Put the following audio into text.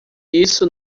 isso